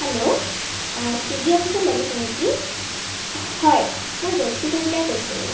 hello Swiggy অফিচত লাগিছে নেকি হয় মই জয়শ্ৰী কলিতাই কৈছিলোঁ